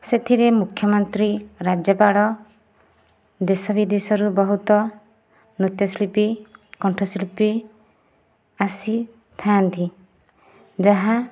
ସେଥିରେ ମୁଖ୍ୟମନ୍ତ୍ରୀ ରାଜ୍ୟପାଳ ଦେଶବିଦେଶରୁ ବହୁତ ନୃତ୍ୟଶିଳ୍ପୀ କଣ୍ଠଶିଳ୍ପୀ ଆସିଥା'ନ୍ତି ଯାହା